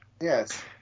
Yes